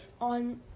on